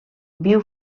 viu